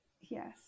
Yes